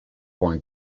born